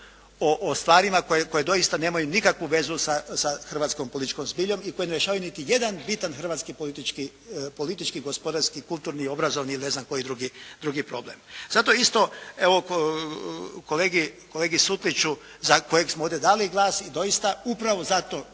o stvarima koje doista nemaju nikakvu vezu sa hrvatskom političkom zbiljom i koje ne rješavaju nijedan bitan hrvatski politički, gospodarski, kulturni, obrazovni ili ne znam koji drugi problem. Zato isto, evo kolegi Sutliću kojeg smo ovdje dali glasi doista upravo zato